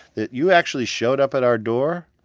that you actually showed up at our door,